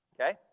Okay